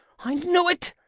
i knew it.